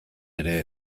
ere